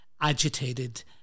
agitated